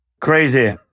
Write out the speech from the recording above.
Crazy